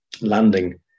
landing